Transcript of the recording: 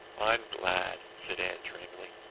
i'm glad, said anne dreamily.